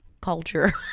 culture